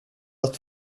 att